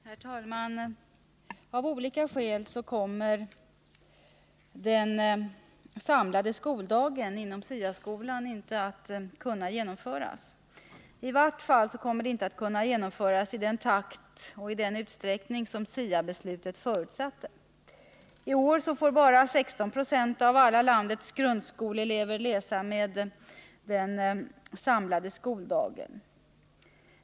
Herr talman! Av olika skäl kommer den samlade skoldagen inom SIA-skolan inte att kunna genomföras. I vart fall kommer den inte att kunna genomföras i den takt och den utsträckning som SIA-beslutet förutsatte. I år får bara ungefär 16 26 av alla landets grundskoleelever läsa med den samlade skoldagen.